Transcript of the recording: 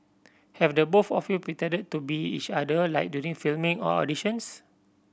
have the both of you pretended to be each other like during filming or auditions